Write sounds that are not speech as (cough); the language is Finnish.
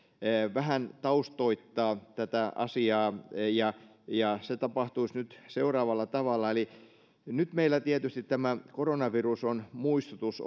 vähän taustoittaisin tätä asiaa ja ja se tapahtuisi nyt seuraavalla tavalla eli nyt meillä tietysti tämä koronavirus on ollut muistutus (unintelligible)